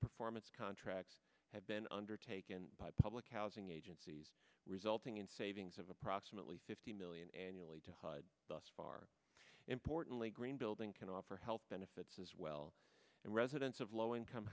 performance contracts have been undertaken by public housing agencies resulting in savings of approximately fifty million annually to hud thus far importantly green building can offer health benefits as well and residents of low income